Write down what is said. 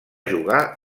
jugar